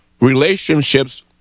relationships